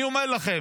אני אומר לכם,